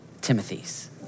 Timothy's